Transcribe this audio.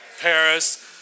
Paris